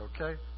okay